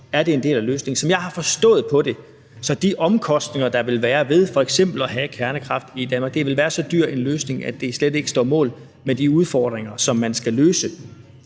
det er en del af løsningen. Som jeg har forstået det, hvad angår de omkostninger, der vil være ved f.eks. at have kernekraft i Danmark, vil det være så dyr en løsning, at den slet ikke står mål med de udfordringer, som man skal løse.